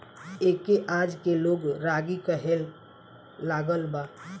एके आजके लोग रागी कहे लागल बा